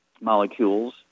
molecules